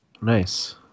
nice